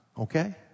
okay